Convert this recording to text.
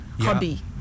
hobby